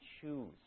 choose